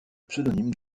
pseudonyme